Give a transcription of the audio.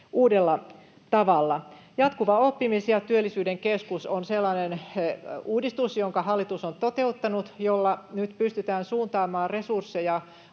uudella tavalla. Jatkuvan oppimisen ja työllisyyden keskus on sellainen uudistus, jonka hallitus on toteuttanut ja jolla nyt pystytään suuntaamaan resursseja